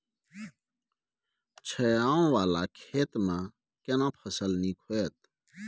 छै ॉंव वाला खेत में केना फसल नीक होयत?